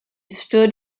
stood